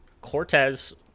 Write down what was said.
Cortez